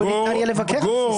לא ניתן יהיה לבקר אותן.